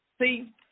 See